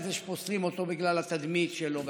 זה שפוסלים אותו בגלל התדמית שלו בעבר.